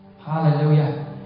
Hallelujah